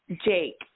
Jake